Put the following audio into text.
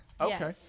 Okay